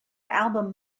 album